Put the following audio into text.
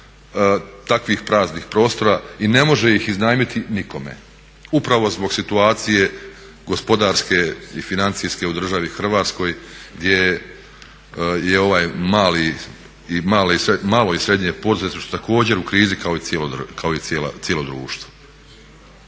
takvih praznih prostora i ne može ih iznajmiti nikome upravo zbog situacije gospodarske i financijske u državi Hrvatskoj gdje je ovaj malo i srednje poduzetništvo također u krizi kao i cijelo društvo.